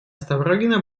ставрогина